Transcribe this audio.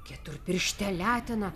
keturpiršte letena